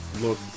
look